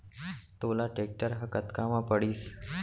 तोला टेक्टर ह कतका म पड़िस?